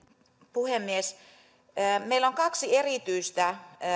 puhemies meillä on kaksi erityistä